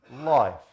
life